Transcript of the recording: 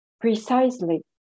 precisely